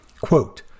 Quote